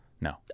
No